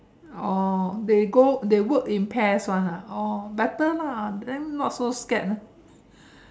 oh they go they work in pairs [one] ah oh better lah then not so scared ah